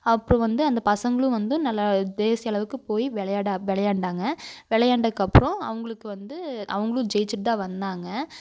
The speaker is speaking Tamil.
அப்போது வந்து அந்த பசங்களும் வந்து நல்லா தேசிய அளவுக்கு போய் வெளையாட வெளையாண்டாங்க வெளையாண்டதுக்கப்றோம் அவங்களுக்கு வந்து அவங்களும் ஜெய்ச்சுட்டு தான் வந்தாங்க